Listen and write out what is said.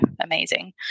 amazing